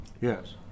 Yes